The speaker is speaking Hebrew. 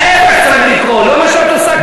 ההפך צריך לקרות, לא מה שאת עושה כאן.